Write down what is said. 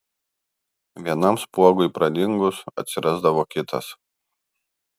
vienam spuogui pradingus atsirasdavo kitas